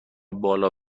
بالا